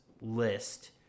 list